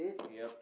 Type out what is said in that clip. yup